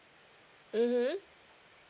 mmhmm